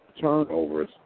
turnovers